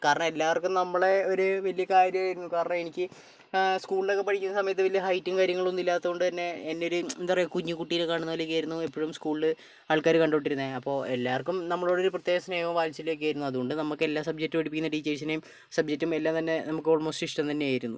കാരണം എല്ലാവർക്കും നമ്മളെ ഒരു വലിയ കാര്യമായിരുന്നു കാരണം എനിക്ക് സ്കൂളിലൊക്കെ പഠിക്കുന്ന സമയത്ത് വലിയ ഹൈറ്റും കാര്യങ്ങളൊന്നും ഇല്ലാത്തതുകൊണ്ട് തന്നെ എന്നെ ഒരു എന്താ പറയുക എന്നെ ഒരു കുഞ്ഞുകുട്ടിയെ കാണുന്ന പോലെയൊക്കെയായിരുന്നു എപ്പോഴും സ്കൂളിൽ ആൾക്കാർ കണ്ടുകൊണ്ടിരുന്നേ അപ്പോൾ എല്ലാവർക്കും നമ്മളോടൊരു പ്രത്യേക സ്നേഹവും വാത്സല്യവും ഒക്കെ ആയിരുന്നു അതുകൊണ്ട് നമുക്ക് എല്ലാ സബ്ജക്ട് പഠിപ്പിക്കുന്ന ടീച്ചേഴ്സിനെയും സബ്ജക്റ്റും എല്ലാം തന്നെ നമുക്ക് ഓൾമോസ്റ്റ് ഇഷ്ടം തന്നെ ആയിരുന്നു